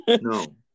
No